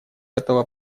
этого